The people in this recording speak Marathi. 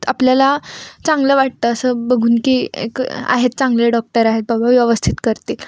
आपल्याला चांगलं वाटतं असं बघून की एक आहेत चांगले डॉक्टर आहेत बाबा व्यवस्थित करतील